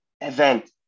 event